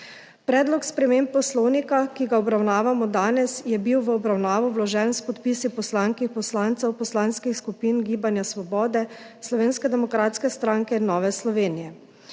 Predlog sprememb Poslovnika, ki ga obravnavamo danes, je bil v obravnavo vložen s podpisi poslank in poslancev, poslanskih skupin Svoboda, Slovenske demokratske stranke in Nova Slovenija,